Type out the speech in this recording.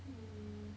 mm